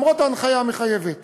למרות ההנחיה המחייבת,